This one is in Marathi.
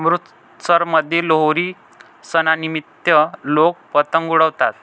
अमृतसरमध्ये लोहरी सणानिमित्त लोक पतंग उडवतात